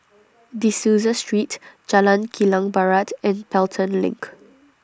De Souza Street Jalan Kilang Barat and Pelton LINK